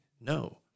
No